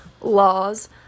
laws